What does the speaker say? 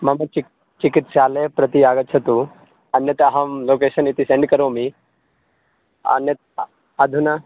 मम चिकि चिकित्सालयं प्रति आगच्छतु अन्यथा अहं लोकेशन् इति सेण्ड् करोमि अन्यत् अधुना